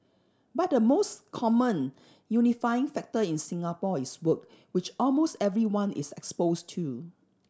but the most common unifying factor in Singapore is work which almost everyone is expose to